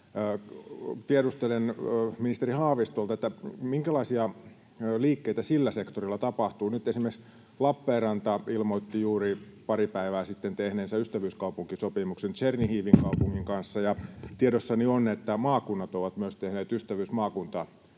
tiedustelen ministeri Haavistolta: minkälaisia liikkeitä sillä sektorilla tapahtuu? Nyt esimerkiksi Lappeenranta ilmoitti juuri pari päivää sitten tehneensä ystävyyskaupunkisopimuksen Tšernihivin kaupungin kanssa, ja tiedossani on, että maakunnat ovat myös tehneet ystävyysmaakuntasopimuksia.